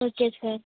okay sir